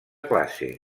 classe